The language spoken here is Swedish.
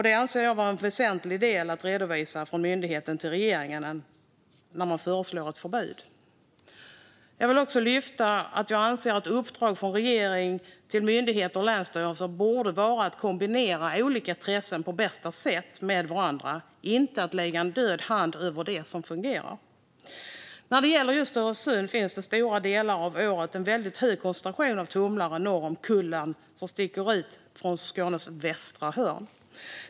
Det anser jag vara en väsentlig del att redovisa från myndigheten till regeringen när man föreslår förbud. Jag vill också lyfta fram att uppdraget från regeringen till myndigheter och länsstyrelser borde vara att kombinera olika intressen med varandra på bästa sätt, inte att lägga en död hand över det som fungerar. När det gäller just Öresund finns det under stora delar av året en väldigt hög koncentration av tumlare norr om Kullen, som sticker ut från Skånes västra hörn.